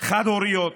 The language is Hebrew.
חד-הוריות,